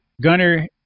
Gunner